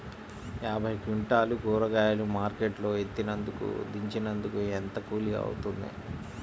యాభై క్వింటాలు కూరగాయలు మార్కెట్ లో ఎత్తినందుకు, దించినందుకు ఏంత కూలి అవుతుంది?